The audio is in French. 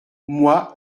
moi